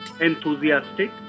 enthusiastic